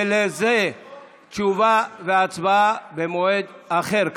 ולזה תשובה והצבעה במועד אחר,